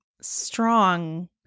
strong